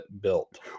built